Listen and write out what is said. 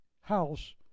house